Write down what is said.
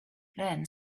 then